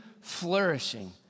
flourishing